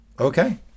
Okay